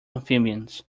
amphibians